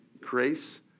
grace